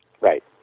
Right